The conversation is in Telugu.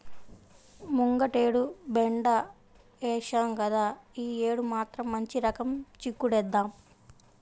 ముంగటేడు బెండ ఏశాం గదా, యీ యేడు మాత్రం మంచి రకం చిక్కుడేద్దాం